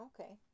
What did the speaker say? Okay